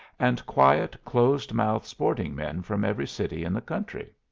and quiet, close-mouthed sporting men from every city in the country.